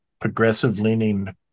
progressive-leaning